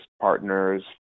partners